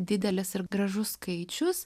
didelis ir gražus skaičius